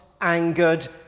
angered